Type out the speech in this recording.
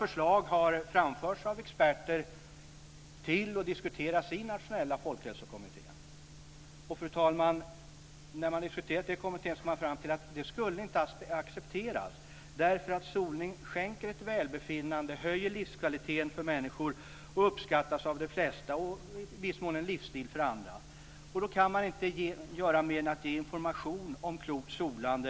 Förslag härom har av experter framförts till Nationella folkhälsokommittén och diskuterats i denna. Fru talman! Man kom i kommittén fram till att det inte skulle accepteras, eftersom solning skänker ett välbefinnande och höjer livskvaliteten för människor. Det uppskattas av de flesta och är för många i viss mån en livsstil. Man kan då inte göra mer än att ge information om klokt solande.